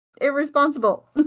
irresponsible